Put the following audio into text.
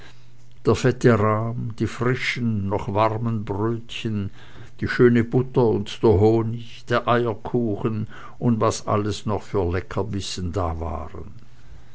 die frischen noch warmen brötchen die schöne butter und der honig der eierkuchen und was alles noch für leckerbissen da waren